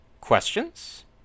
Questions